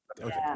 Okay